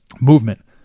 movement